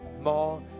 more